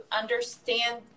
understand